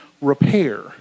repair